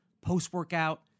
post-workout